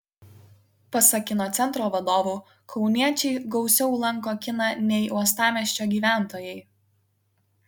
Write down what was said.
pasak kino centro vadovų kauniečiai gausiau lanko kiną nei uostamiesčio gyventojai